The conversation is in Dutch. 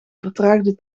vertraagde